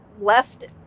left